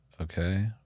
Okay